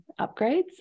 upgrades